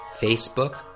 Facebook